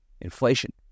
inflation